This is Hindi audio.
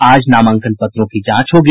आज नामांकन पत्रों की जांच होगी